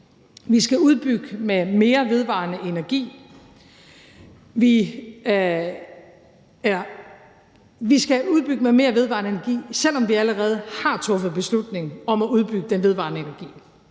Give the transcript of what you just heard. Vi skal udbygge med mere vedvarende energi, selv om vi allerede har truffet beslutning om at udbygge den vedvarende energi.